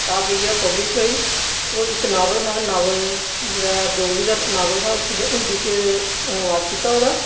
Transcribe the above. ओर इक नावल हा जेह्ड़ा डोगरी दा नावल हा उसी में हिंदी च अनुवाद कीता ओह्